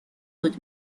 دود